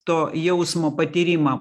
to jausmo patyrimą